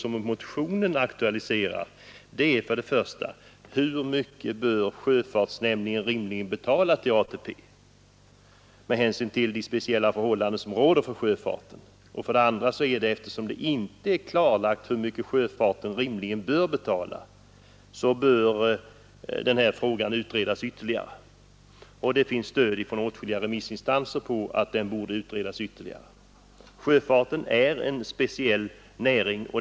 I motionen aktualiserar jag för det första frågan om hur mycket sjöfartsnäringen rimligen skall betala till ATP — med hänsyn till de speciella förhållanden som råder för sjöfarten — och för det andra yrkar jag på en utredning av kostnaderna för tilläggspensioneringen av utländska sjömän. Det finns stöd från åtskilliga remissinstanser i uppfattningen att frågan bör utredas ytterligare. Sjöfarten är en speciell näring.